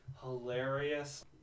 hilarious